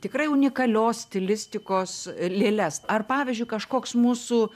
tikrai unikalios stilistikos lėles ar pavyzdžiui kažkoks mūsų